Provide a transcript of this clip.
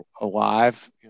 alive